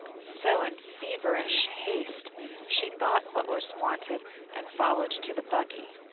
so in feverish haste she bought what was wanted and followed to the buggy.